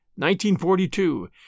1942